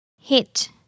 hit